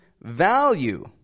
value